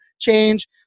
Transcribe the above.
change